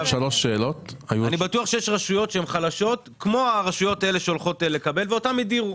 אני בטוח שיש רשויות חלשות כמו הרשויות האלה שהולכות לקבל ואותן הדירו.